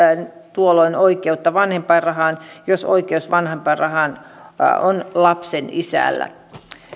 tuolloin oikeutta vanhempainrahaan jos oikeus vanhempainrahaan on lapsen isällä